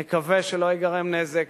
נקווה שלא ייגרם נזק,